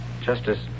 Justice